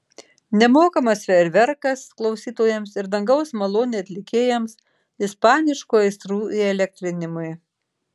nemokamas fejerverkas klausytojams ir dangaus malonė atlikėjams ispaniškų aistrų įelektrinimui